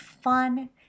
fun